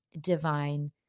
divine